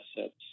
assets